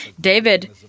David